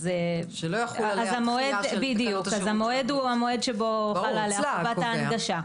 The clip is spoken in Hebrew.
אז המועד הוא המועד שבו חלה עליה חובת ההנגשה.